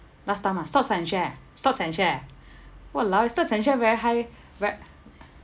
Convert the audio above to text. last time ah stocks and share ah stocks and share !walao! stocks and share very high very